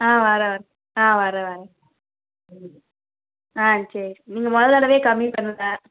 ஆ வரேன் வரேன் ஆ வரேன் வரேன் ஆ சரி நீங்கள் மொதல் தடவையே கம்மி பண்ணலை